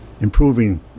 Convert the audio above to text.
improving